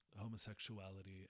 homosexuality